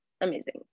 Amazing